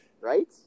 right